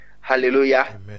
Hallelujah